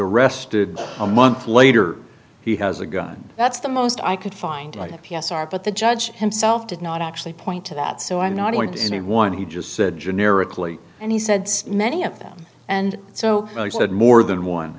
arrested a month later he has a gun that's the most i could find either p s r but the judge himself did not actually point to that so i'm not going to any one he just said generically and he said many of them and so he said more than one